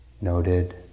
noted